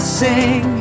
sing